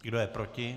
Kdo je proti?